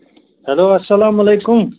hello اَسلام علیکُم